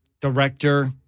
director